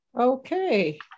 Okay